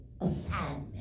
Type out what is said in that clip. assignment